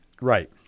Right